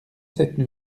cette